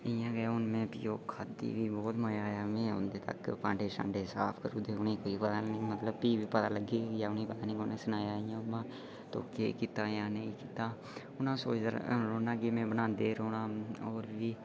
इ'यां गै हून में खाद्धी फ्ही बहुत मजा आया में ओह्दे तक्कर में भांड़े छांड़े साफ करी ओड़े दे कोई पता नीं फ्ही बी पता लग्गी गेआ' उनेंगी पता नीं कु'न्नै सनाएआ उ'नेंगी में तूं केह् कित्ता जां हून अ'ऊं सोचदे रौह्ना कि में बनांदे रौह्ना